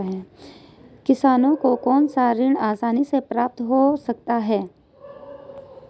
किसानों को कौनसा ऋण आसानी से प्राप्त हो सकता है?